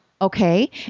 Okay